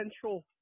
potential